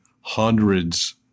hundreds